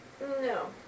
No